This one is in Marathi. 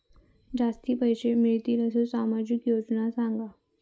जास्ती पैशे मिळतील असो सामाजिक योजना सांगा?